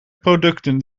producten